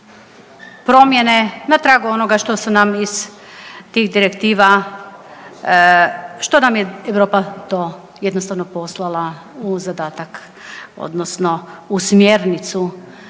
nam iz tih direktiva, što nam je Europa to jednostavno poslala u zadatak odnosno u smjernicu